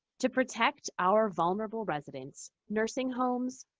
to protect our vulnerable residents, nursing homes,